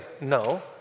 no